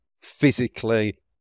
physically